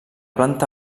planta